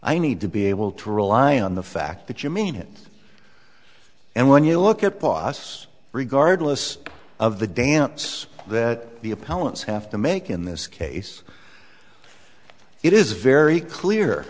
i need to be able to rely on the fact that you mean it and when you look at boss regardless of the dance that the appellants have to make in this case it is very clear